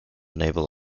naval